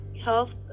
health